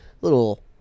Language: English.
little